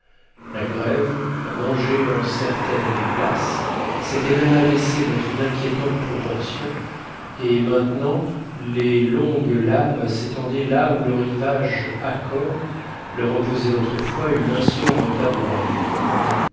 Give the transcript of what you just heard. la grève rongée en certaines places s'était même abaissée dans une inquiétante proportion et maintenant les longues lames s'étendaient là où le rivage accore leur opposait autrefois une insurmontable barrière